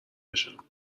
بشم